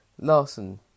Larson